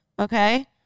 okay